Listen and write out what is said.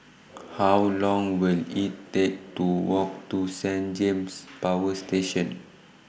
How Long Will IT Take to Walk to Saint James Power Station